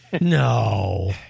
No